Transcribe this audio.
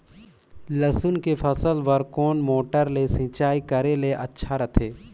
लसुन के फसल बार कोन मोटर ले सिंचाई करे ले अच्छा रथे?